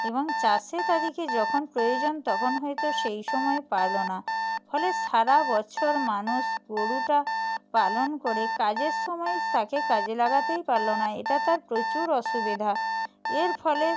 এবং চাষে তাদেরকে যখন প্রয়োজন তখন হয়তো সেই সময় পারল না ফলে সারা বছর মানুষ গোরুটা পালন করে কাজের সময়ে তাকে কাজে লাগাতেই পারল না এটা তার প্রচুর অসুবিধা এর ফলে